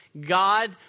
God